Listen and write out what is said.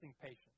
patience